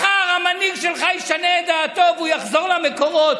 מחר המנהיג שלך ישנה את דעתו והוא יחזור למקורות